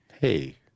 Hey